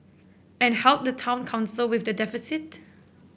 and help the town council with the deficit